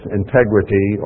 integrity